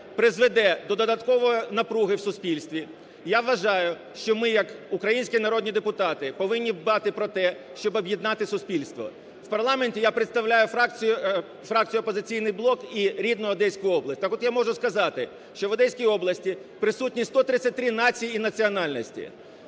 призведе до додаткової напруги в суспільстві, я вважаю, що ми як українські народні депутати повинні дбати про те, щоб об'єднати суспільство. В парламенті я представляю фракцію "Опозиційний блок" і рідну Одеську область. Так от я можу сказати, що в Одеській області присутні 133 нації і національності.